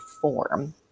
form